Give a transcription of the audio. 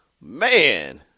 Man